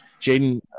Jaden